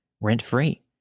rent-free